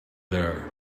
there